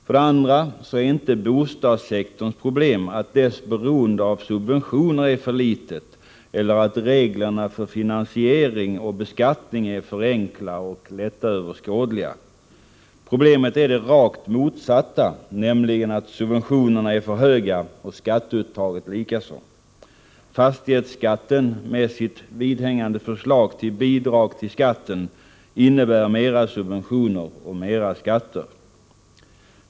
För det andra är inte bostadssektorns problem att dess beroende av subventioner är för litet eller att reglerna för finansiering och beskattning är för enkla och lättöverskådliga. Problemet är det rakt motsatta, nämligen att subventionerna är för höga och skatteuttaget likaså. Fastighetsskatten med sitt vidhängande förslag till bidrag till skatten innebär mera subventioner och mera skatter.